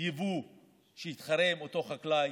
יבוא שיתחרה באותו חקלאי,